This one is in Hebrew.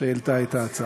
שהעלתה את ההצעה.